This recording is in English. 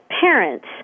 parents